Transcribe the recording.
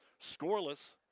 scoreless